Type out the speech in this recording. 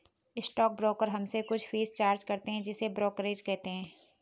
stock broker हमसे कुछ fees charge करते हैं जिसे ब्रोकरेज कहते हैं